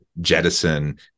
jettison